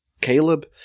Caleb